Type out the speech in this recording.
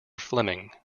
fleming